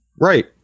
Right